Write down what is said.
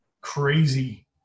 crazy